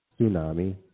tsunami